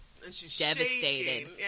devastated